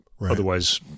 otherwise